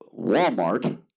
Walmart